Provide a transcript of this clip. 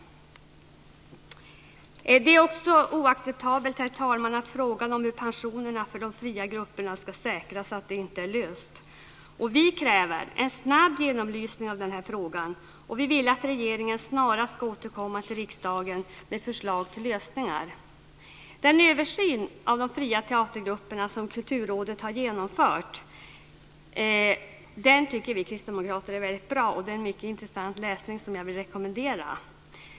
Det är också oacceptabelt, herr talman, att frågan om hur pensionerna för de fria grupperna ska säkras inte är löst. Vi kräver en snabb genomlysning av den här frågan, och vi vill att regeringen snarast ska återkomma till riksdagen med förslag till lösningar. Den översyn av de fria teatergrupperna som Kulturrådet har genomfört tycker vi kristdemokrater är väldigt bra. Det är en mycket intressant läsning, som jag vill rekommendera.